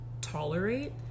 tolerate